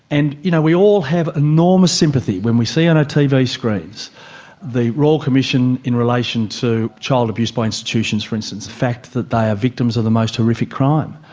and you know we all have enormous sympathy when we see on our tv screens the royal commission in relation to child abuse by institutions, for instance, the fact that they are victims of the most horrific crime.